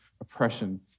oppression